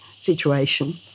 situation